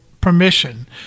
permission